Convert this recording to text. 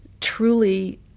truly